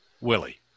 Willie